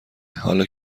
حالا